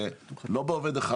לא בעובד אחד,